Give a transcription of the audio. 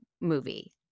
movie